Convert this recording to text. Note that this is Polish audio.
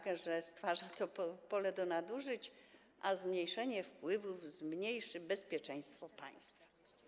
Podnosił, że stwarza to pole do nadużyć, a zmniejszenie wpływów zmniejszy bezpieczeństwo państwa.